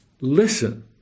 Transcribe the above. listen